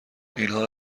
اینها